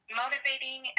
motivating